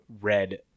red